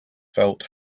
felt